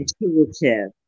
intuitive